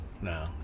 no